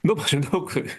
nu maždaug